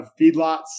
feedlots